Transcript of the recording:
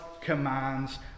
commands